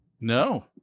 No